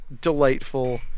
delightful